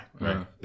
right